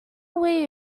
way